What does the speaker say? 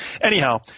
Anyhow